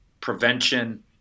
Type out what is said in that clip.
prevention